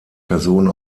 personen